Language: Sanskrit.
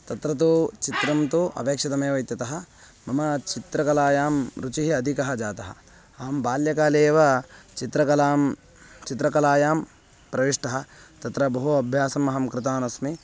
तत्र तू चित्रं तु अपेक्षितमेव इत्यतः मम चित्रकलायां रुचिः अधिका जाता अहं बाल्यकाले एव चित्रकलायां चित्रकलायां प्रविष्टः तत्र बहु अभ्यासम् अहं कृतवानस्मि